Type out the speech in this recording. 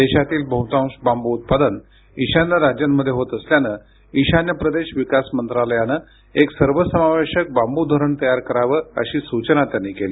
देशातील बहुतांश बांबू उत्पादन ईशान्य राज्यांमध्ये होत असल्यानं ईशान्य प्रदेश विकास मंत्रालयानं एक सर्वसमावेशक बांबू धोरण तयार करावं अशी सूचना त्यांनी केली